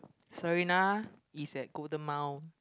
Serena is at Golden Mile